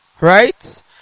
Right